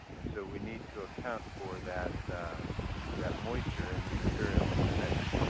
and so we need to account for that that moisture in the material, in the mix.